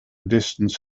distance